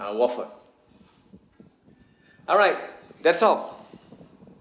uh waffle alright that's all